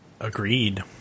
Agreed